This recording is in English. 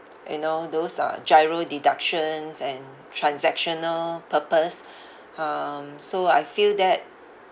you know those uh GIRO deductions and transactional purpose um so I feel that